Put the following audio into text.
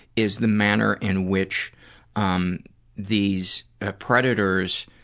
is the manner in which um these predators